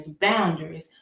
boundaries